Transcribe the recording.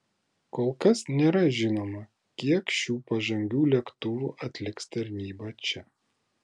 kol kas nėra žinoma kiek šių pažangių lėktuvų atliks tarnybą čia